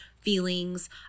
feelings